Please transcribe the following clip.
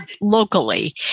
locally